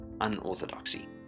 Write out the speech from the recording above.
unorthodoxy